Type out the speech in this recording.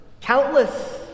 Countless